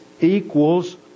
equals